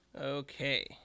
Okay